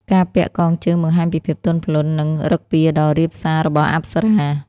ការពាក់កងជើងបង្ហាញពីភាពទន់ភ្លន់ និងឫកពាដ៏រាបសារបស់អប្សរា។